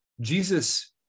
Jesus